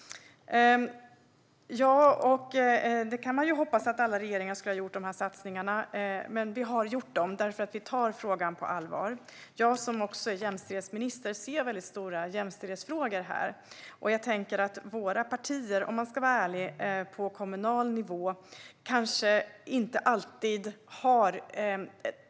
Man kan ju hoppas att alla regeringar skulle göra dessa satsningar. Men vi har gjort dem därför att vi tar frågan på allvar. Jag, som också är jämställdhetsminister, ser mycket stora jämställdhetsfrågor i detta sammanhang. Om man ska vara ärlig kanske våra partier på kommunal nivå inte alltid har gjort tillräckligt.